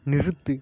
நிறுத்து